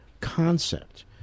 concept